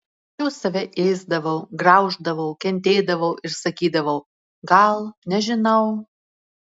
anksčiau save ėsdavau grauždavau kentėdavau ir sakydavau gal nežinau